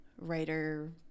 writer